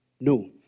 No